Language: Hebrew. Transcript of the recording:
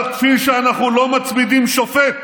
אבל כפי שאנחנו לא מצמידים שופט